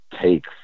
take